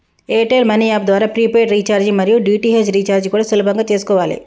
air tell money app ద్వారా prepaid recharge మరియు DTH recharge కూడా సులభంగా చేసుకోవాలే